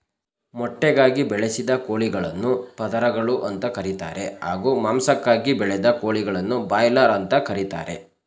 ಮೊಟ್ಟೆಗಾಗಿ ಬೆಳೆಸಿದ ಕೋಳಿಗಳನ್ನು ಪದರಗಳು ಅಂತ ಕರೀತಾರೆ ಹಾಗೂ ಮಾಂಸಕ್ಕಾಗಿ ಬೆಳೆದ ಕೋಳಿಗಳನ್ನು ಬ್ರಾಯ್ಲರ್ ಅಂತ ಕರೀತಾರೆ